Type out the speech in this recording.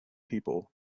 people